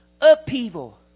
upheaval